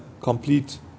complete